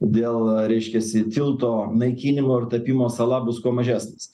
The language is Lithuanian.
dėl reiškiasi tilto naikinimo ir tapimo sala bus kuo mažesnis